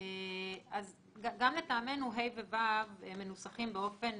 גם לטעמנו סעיף (ה) ו-(ו) מנוסחים באופן